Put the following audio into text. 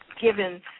given